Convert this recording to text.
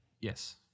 Yes